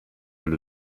but